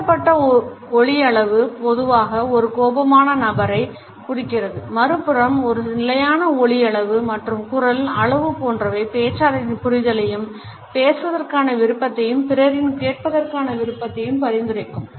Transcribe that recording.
உயர்த்தப்பட்ட ஒலியளவு பொதுவாக ஒரு கோபமான நபரைக் குறிக்கிறது மறுபுறம் ஒரு நிலையான ஒலியளவு மற்றும் குரல் அளவு போன்றவை பேச்சாளரின் புரிதலையும் பேசுவதற்கான விருப்பத்தையும் பிறரின் கேட்பதற்கான விருப்பத்தையும் பரிந்துரைக்கும்